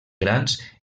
grans